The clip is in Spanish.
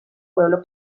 pueblo